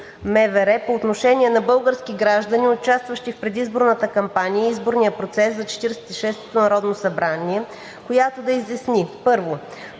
по отношение на български граждани, участващи в предизборната кампания и изборния процес за 46-ото народно събрание, която да изясни: